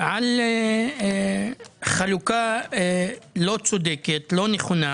על חלוקה לא צודקת, לא נכונה